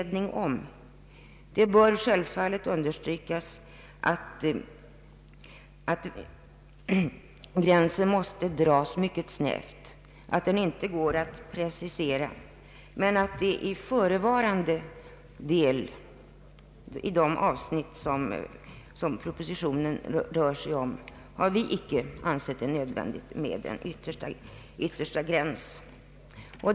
Det bör självklart understrykas att gränsen måste dras mycket snävt. Det går inte att precisera den, men i de avsnitt som propositionen tar upp har vi inte ansett det nödvändigt med en yttersta gräns.